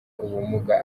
ubumuga